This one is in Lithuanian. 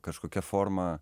kažkokia forma